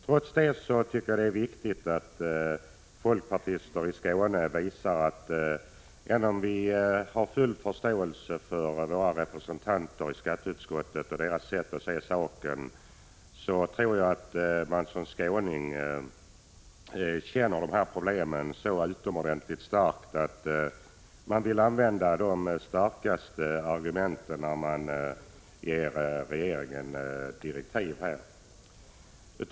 Även om vi folkpartister från Skåne har full förståelse för våra representanters i skatteutskottet sätt att se på frågan tror jag att vi upplever de här problemen så starkt att vi vill anföra de starkaste argument vi kan finna och tillkännage dem för regeringen.